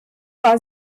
war